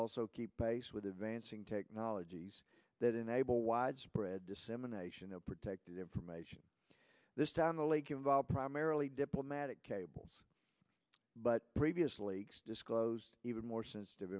also keep pace with advancing technologies that enable widespread dissemination of protected information this time the leak involved primarily diplomatic cables but previously disclosed even more sensitive